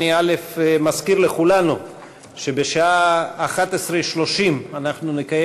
אני מזכיר לכולנו שבשעה 11:30 אנחנו נקיים